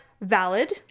valid